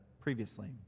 previously